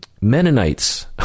Mennonites